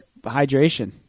hydration